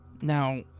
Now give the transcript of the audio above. Now